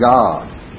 God